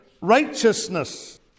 righteousness